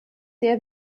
der